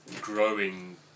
growing